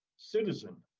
citizen,